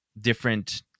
different